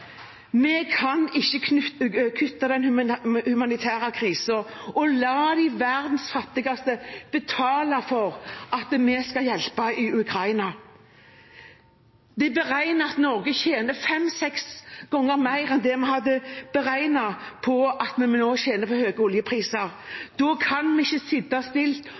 Vi kan ikke kutte når det gjelder den humanitære krisen, og la verdens fattigste betale for at vi skal hjelpe i Ukraina. Det er beregnet at Norge tjener fem–seks ganger mer på høye oljepriser enn det vi hadde regnet med å tjene. Da kan vi ikke sitte stille og tenke at vi